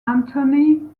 anthony